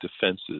defenses